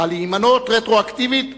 זכה להימנות, רטרואקטיבית,